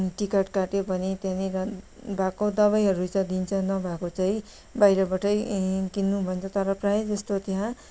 ticket काट्यो भने त्यहाँनिर भएको दबाईहरू त दिन्छ नभएको चाहिँ बाहिरबाटै किन्नु भन्छ तर प्रायः जस्तो त्यहाँ